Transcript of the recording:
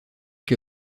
que